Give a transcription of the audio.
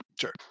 Sure